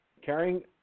carrying